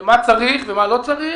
מה צריך ומה לא צריך